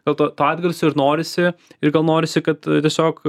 gal to to atgarsio ir norisi ir gal norisi kad tiesiog